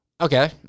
Okay